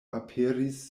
aperis